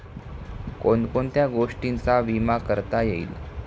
कोण कोणत्या गोष्टींचा विमा करता येईल?